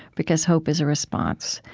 because hope is a response.